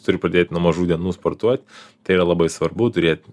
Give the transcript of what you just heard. turi pradėt nuo mažų dienų sportuot tai yra labai svarbu turėt